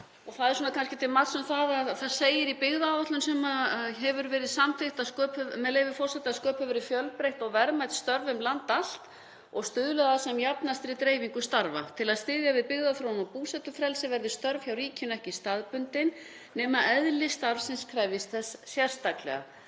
og er kannski til marks um það sem segir í byggðaáætlun sem hefur verið samþykkt, með leyfi forseta: „Sköpuð verði fjölbreytt og verðmæt störf um land allt og stuðlað að sem jafnastri dreifingu starfa. Til að styðja við byggðaþróun og búsetufrelsi verði störf hjá ríkinu ekki staðbundin nema eðli starfsins krefjist þess sérstaklega.“